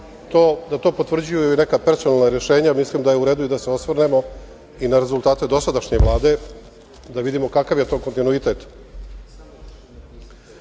da to potvrđuju i neka personalna rešenja, mislim da je u redu da se osvrnemo i na rezultate dosadašnje Vlade da vidimo kakav je to kontinuitet. Zanimljivo